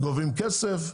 גובים כסף,